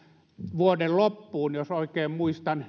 vuoden loppuun jos oikein muistan